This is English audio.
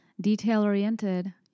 detail-oriented